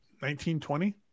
1920